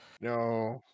no